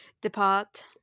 depart